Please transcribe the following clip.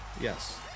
Yes